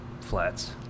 Flats